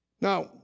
Now